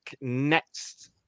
next